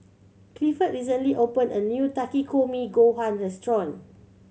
Clifford recently opened a new Takikomi Gohan Restaurant